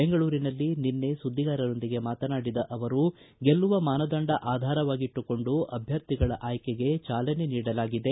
ಬೆಂಗಳೂರಿನಲ್ಲಿ ನಿನ್ನೆ ಸುದ್ದಿಗಾರರೊಂದಿಗೆ ಮಾತನಾಡಿದ ಅವರು ಗೆಲ್ಲುವ ಮಾನದಂಡ ಆಧಾರವಾಗಿಟ್ಟುಕೊಂಡು ಅಭ್ವರ್ಥಿಗಳ ಆಯ್ಕೆಗೆ ಚಾಲನೆ ನೀಡಲಾಗಿದೆ